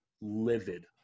livid